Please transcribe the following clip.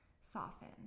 soften